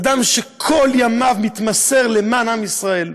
אדם שכל ימיו מתמסר למען עם ישראל.